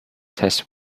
test